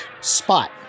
spot